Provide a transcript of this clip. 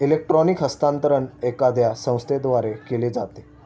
electronic हस्तांतरण एखाद्या संस्थेद्वारे केले जाते